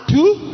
two